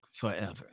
forever